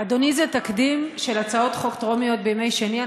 אדוני, זה תקדים של הצעות חוק טרומיות בימי שני?